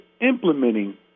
implementing